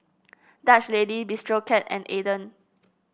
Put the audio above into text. Dutch Lady Bistro Cat and Aden